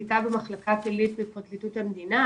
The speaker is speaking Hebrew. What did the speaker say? במחלקה פלילית בפרקליטות המדינה.